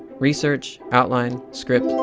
research, outline, script,